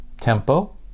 tempo